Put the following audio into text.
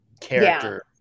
character